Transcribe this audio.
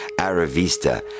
Aravista